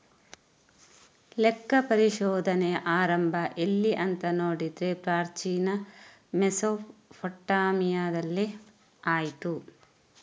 ಲೆಕ್ಕ ಪರಿಶೋಧನೆಯ ಆರಂಭ ಎಲ್ಲಿ ಅಂತ ನೋಡಿದ್ರೆ ಪ್ರಾಚೀನ ಮೆಸೊಪಟ್ಯಾಮಿಯಾದಲ್ಲಿ ಆಯ್ತು